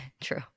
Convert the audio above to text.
True